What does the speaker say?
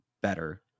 better